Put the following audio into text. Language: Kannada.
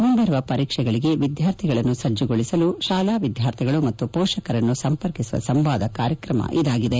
ಮುಂಬರುವ ಪರೀಕ್ಷೆಗೆ ವಿದ್ಯಾರ್ಥಿಗಳನ್ನು ಸಜ್ಜುಗೊಳಿಸಲು ಶಾಲಾ ವಿದ್ಯಾರ್ಥಿಗಳು ಮತ್ತು ಪೋಷಕರನ್ನು ಸಂಪರ್ಕ ಮಾಡುವ ಸಂವಾದ ಕಾರ್ಯಕ್ರಮ ಇದಾಗಿದೆ